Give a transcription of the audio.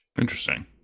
Interesting